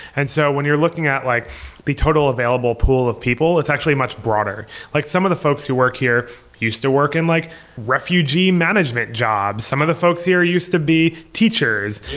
and so when you're looking at like the total available pool of people, it's actually much broader like some of the folks who work here used to work in like refugee management jobs. some of the folks here used to be teachers.